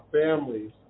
families